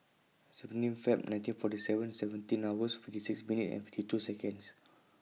seventeen Feb nineteen fortyseven seventeen hours fifty six minute and fifty two Seconds